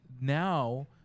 now